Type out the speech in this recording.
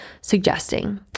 suggesting